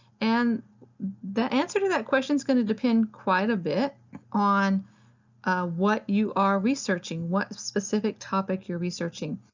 and the answer to that question is going to depend quite a bit on what you are researching, what specific topic you're researching.